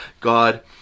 God